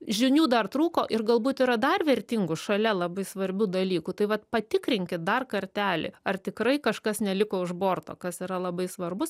žinių dar trūko ir galbūt yra dar vertingų šalia labai svarbių dalykų tai vat patikrinkit dar kartelį ar tikrai kažkas neliko už borto kas yra labai svarbus